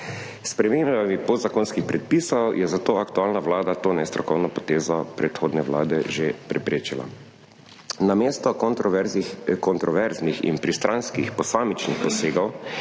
spremembami podzakonskih predpisov je zato aktualna Vlada to nestrokovno potezo predhodne vlade že preprečila. Namesto kontroverznih in pristranskih posamičnih posegov